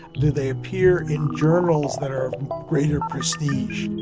do they appear in journals that are of greater prestige?